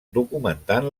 documentant